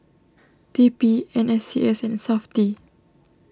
T P N S C S and Safti